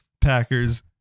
Packers